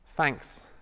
thanks